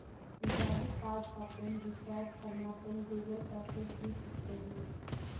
debit card का pin reset करना तुम गूगल पर से सीख सकते हो